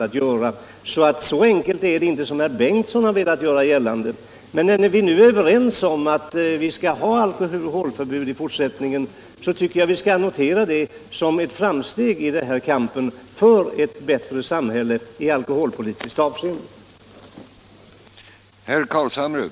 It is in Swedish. Det här spörsmålet är sålunda inte så enkelt som herr Bengtson har velat göra gällande. Men när vi nu är överens om att vi skall ha förbud mot alkoholreklam i fortsättningen tycker jag att vi skall notera det som ett framsteg i kampen för ett bättre samhälle i alkoholpolitiskt avseende.